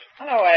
Hello